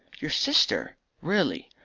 your sister! really!